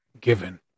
given